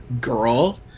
girl